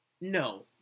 No